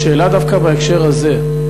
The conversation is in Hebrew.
שאלה דווקא בהקשר הזה: